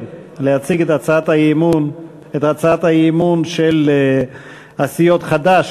להציג את הצעת האי-אמון של הסיעות חד"ש,